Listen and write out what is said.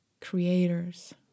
creators